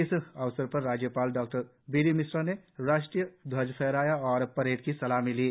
इस अवसर पर राज्यपाल डॉबीडीमिश्रा ने राष्ट्रीय ध्वज फहराया और परेड की सलामी ली